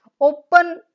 open